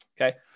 Okay